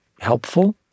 helpful